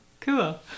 Cool